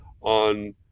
on